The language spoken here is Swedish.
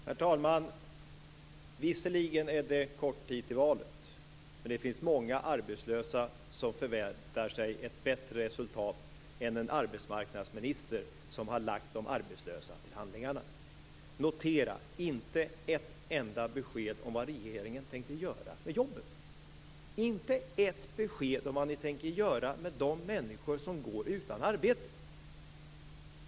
Herr talman! Visserligen är det kort tid till valet. Men det finns många arbetslösa som förväntar sig ett bättre resultat än en arbetsmarknadsminister som har lagt de arbetslösa till handlingarna. Notera: Vi fick inte ett enda besked om vad regeringen tänker göra med jobben. Vi fick inte ett besked om vad ni tänker göra med de människor som går utan arbete.